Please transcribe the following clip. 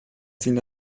sind